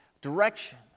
direction